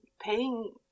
paying